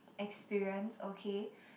experience okay